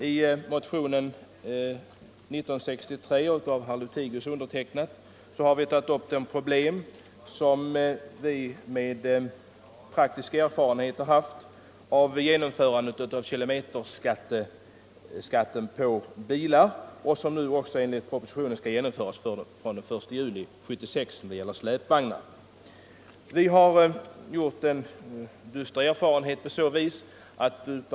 I motionen 1963, som herr Lothigius och jag har undertecknat, har vi tagit upp de problem som vi har praktisk erfarenhet av när det gäller genomförandet av kilometerskatten på bilar, en skatt som enligt propositionen skall införas också för släpvagnar från den 1 juli 1976.